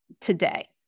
today